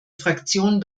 fraktion